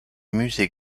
musée